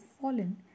fallen